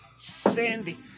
sandy